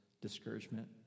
discouragement